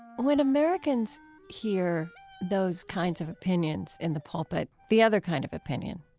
when americans hear those kinds of opinions in the pulpit, the other kind of opinion,